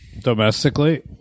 Domestically